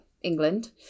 England